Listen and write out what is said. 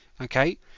okay